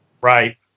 Right